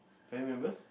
family members